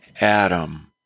Adam